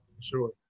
Sure